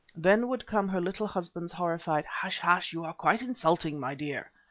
then would come her little husband's horrified hush! hush! you are quite insulting, my dear.